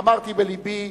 אמרתי בלבי: